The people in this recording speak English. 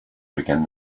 begin